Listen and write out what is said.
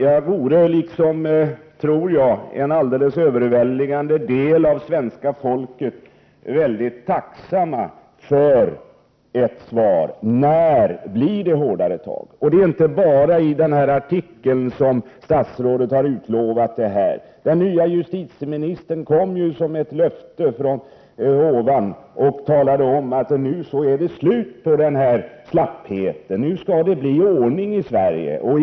Jag tror att en överväldigande del av svenska folket skulle vara mycket tacksam för ett svar på frågan: När blir det hårdare tag? Det är inte bara i den här artikeln som statsrådet har lovat hårdare tag. Den nya justitieministern kom ju som ett löfte från ovan och talade om att nu är det slut på slappheten, nu skall det bli ordning i Kriminal-Sverige.